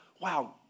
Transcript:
Wow